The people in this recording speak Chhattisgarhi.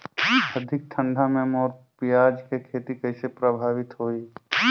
अधिक ठंडा मे मोर पियाज के खेती कइसे प्रभावित होही?